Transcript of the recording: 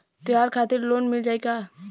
त्योहार खातिर लोन मिल जाई का?